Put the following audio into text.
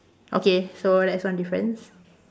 okay so that's one difference